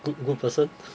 good good person